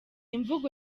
imvugo